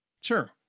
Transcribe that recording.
Sure